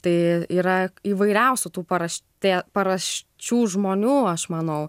tai yra įvairiausių tų paraštė paraščių žmonių aš manau